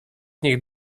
niech